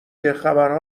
گهخبر